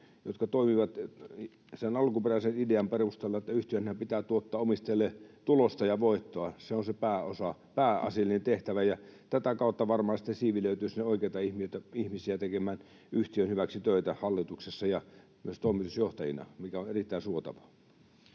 jotka toimivat sen alkuperäisen idean perustalla, että yhtiönhän pitää tuottaa omistajalleen tulosta ja voittoa, se on se pääasiallinen tehtävä, ja tätä kautta sinne varmaan sitten siivilöityy oikeita ihmisiä tekemään yhtiön hyväksi töitä hallituksessa ja myös toimitusjohtajina, mikä on erittäin suotavaa.